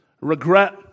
regret